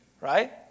Right